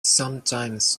sometimes